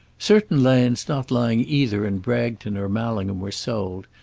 certain lands not lying either in bragton or mallingham were sold,